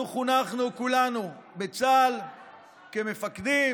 אנחנו חונכנו כולנו בצה"ל כמפקדים,